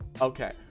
Okay